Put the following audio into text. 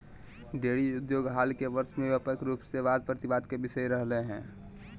dairy उद्योग हाल के वर्ष में व्यापक रूप से वाद प्रतिवाद के विषय रहलय हें